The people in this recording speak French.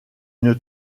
une